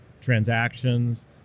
transactions